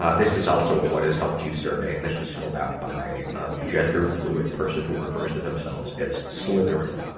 ah this is also a what has helped you survey. and this was filled out by a gender-fluid person who refers to themselves as slytherin.